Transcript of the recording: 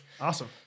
Awesome